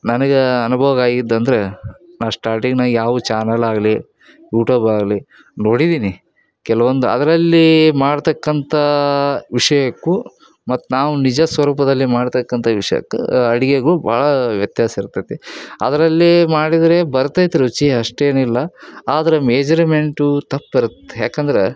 ನನಗೆ ಅನುಭೋಗ ಆಗಿದೆ ಅಂದರೆ ನಾ ಸ್ಟಾರ್ಟಿಂಗ್ನಾಗ ಯಾವ ಚಾನಲ್ ಆಗಲಿ ಯೂಟೂಬ್ ಆಗಲಿ ನೋಡಿದ್ದೀನಿ ಕೆಲ್ವೊಂದು ಅದರಲ್ಲಿ ಮಾಡತಕ್ಕಂಥ ವಿಷಯಕ್ಕೂ ಮತ್ತು ನಾವು ನಿಜ ಸ್ವರೂಪದಲ್ಲಿ ಮಾಡತಕ್ಕಂಥ ವಿಷಯಕ್ಕೂ ಅಡುಗೆಗೂ ಭಾಳ ವ್ಯತ್ಯಾಸ ಇರ್ತೈತಿ ಅದರಲ್ಲಿ ಮಾಡಿದರೆ ಬರ್ತೈರೆ ರುಚಿ ಅಷ್ಟೇನಿಲ್ಲ ಆದರೆ ಮೇಜರ್ಮೆಂಟೂ ತಪ್ಪಿರತ್ತೆ ಯಾಕಂದ್ರೆ